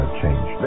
change